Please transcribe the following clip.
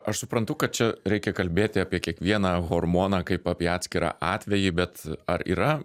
aš suprantu kad čia reikia kalbėti apie kiekvieną hormoną kaip apie atskirą atvejį bet ar yra